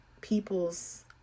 people's